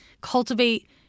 cultivate